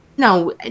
No